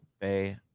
Bay